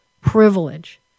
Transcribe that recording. privilege